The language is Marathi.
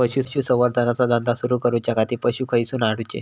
पशुसंवर्धन चा धंदा सुरू करूच्या खाती पशू खईसून हाडूचे?